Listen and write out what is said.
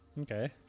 Okay